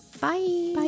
bye